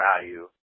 value